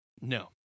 No